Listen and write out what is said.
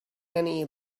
annie